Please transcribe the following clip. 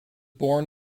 born